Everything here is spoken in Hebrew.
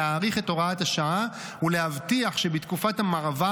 להאריך את הוראת השעה ולהבטיח שבתקופת המעבר